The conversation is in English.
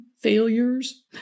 failures